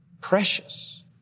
Precious